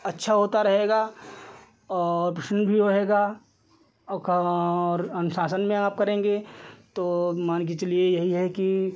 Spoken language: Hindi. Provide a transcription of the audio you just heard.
अच्छा होता रहेगा और प्रसन्न भी रहेगा और अनुशासन में आप करेंगे तो मानकर चलिए यही है कि